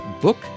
book